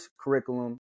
curriculum